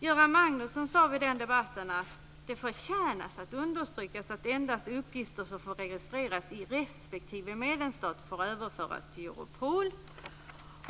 Göran Magnusson sade i den debatten att det förtjänar att understrykas att endast uppgifter som får registreras i respektive medlemsstat får överföras till Europol.